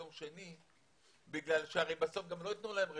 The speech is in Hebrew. יום שני משום שבסוף הרי לא יתנו להם רטרואקטיבית,